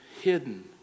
hidden